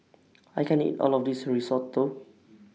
I can't eat All of This Risotto